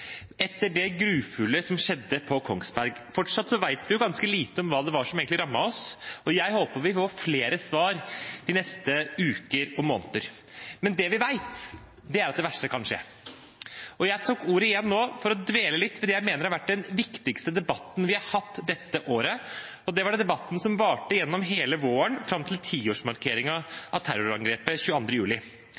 etter det grufulle som skjedde på Kongsberg. Fortsatt vet vi ganske lite om hva som egentlig rammet oss. Jeg håper vi får flere svar de neste uker og måneder, men det vi vet, er at det verste kan skje. Jeg tok ordet igjen nå for å dvele litt ved det jeg mener har vært den viktigste debatten vi har hatt dette året, og det var debatten som varte gjennom hele våren fram til tiårsmarkeringen av terrorangrepet 22. juli.